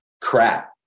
crap